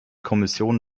kommission